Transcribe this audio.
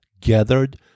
gathered